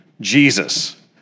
Jesus